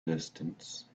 distance